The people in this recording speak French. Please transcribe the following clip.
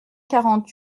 quarante